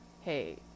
hey